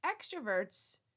Extroverts